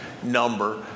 number